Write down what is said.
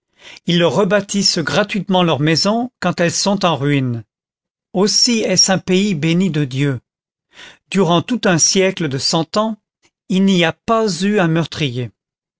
ils leur rebâtissent gratuitement leurs maisons quand elles sont en ruines aussi est-ce un pays béni de dieu durant tout un siècle de cent ans il n'y a pas eu un meurtrier